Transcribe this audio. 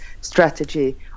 strategy